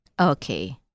Okay